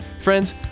Friends